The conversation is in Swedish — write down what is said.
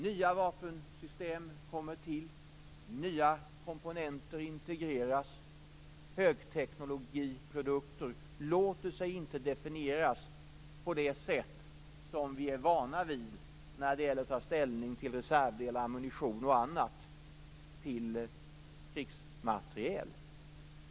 Nya vapensystem kommer till. Nya komponenter integreras. Högteknologiprodukter låter sig inte definieras på det sätt som vi är vana vid när det gäller att ta ställning till reservdelar, ammunition och annat, till krigsmateriel.